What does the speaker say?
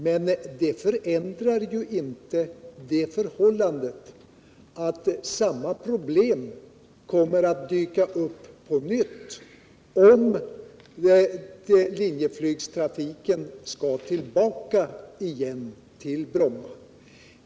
Men det förändrar inte det förhållandet att samma problem kommer att dyka upp på nytt, om linjeflygtrafiken skall komma tillbaka till Bromma igen.